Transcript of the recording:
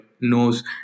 knows